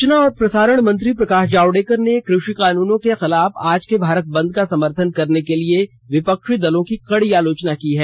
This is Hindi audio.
सूचना और प्रसारण मंत्री प्रकाश जावड़ेकर ने क्रषि कानूनों के खिलाफ आज के भारत बंद का समर्थन करने के लिए विपक्षी दलों की कडी आलोचना की है